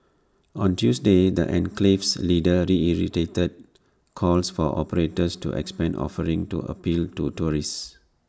on Tuesday the enclave's leaders reiterated calls for operators to expand offerings to appeal to tourists